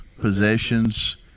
possessions